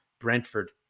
Brentford